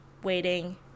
waiting